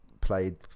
played